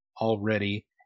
already